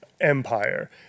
empire